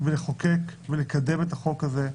לחוקק ולקדם את החוק הזה.